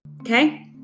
okay